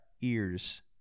ears